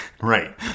right